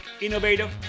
innovative